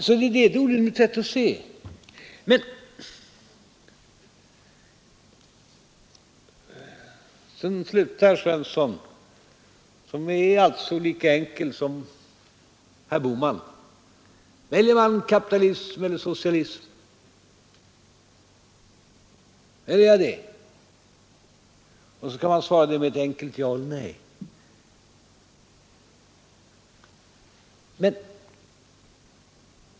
För herr Svensson är det alltså lika enkelt som för herr Bohman. När det gäller att välja mellan kapitalism och socialism skall man kunna svara med ett enkelt ja eller nej.